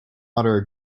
mater